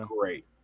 great